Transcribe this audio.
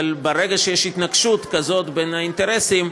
אבל ברגע שיש התנגשות כזאת בין האינטרסים,